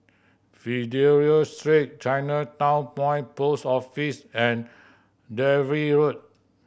Fidelio Street Chinatown Point Post Office and Dalvey Road